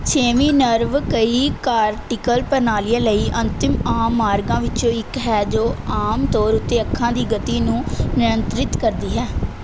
ਛੇਵੀਂ ਨਰਵ ਕਈ ਕਾਰਟੀਕਲ ਪ੍ਰਣਾਲੀਆਂ ਲਈ ਅੰਤਿਮ ਆਮ ਮਾਰਗਾਂ ਵਿੱਚੋਂ ਇੱਕ ਹੈ ਜੋ ਆਮ ਤੌਰ ਉੱਤੇ ਅੱਖਾਂ ਦੀ ਗਤੀ ਨੂੰ ਨਿਯੰਤਰਿਤ ਕਰਦੀ ਹੈ